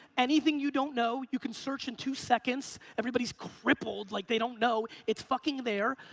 anything you don't know you can search in two seconds. everybody is crippled like they don't know. it's fucking there.